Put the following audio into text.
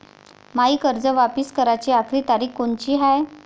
मायी कर्ज वापिस कराची आखरी तारीख कोनची हाय?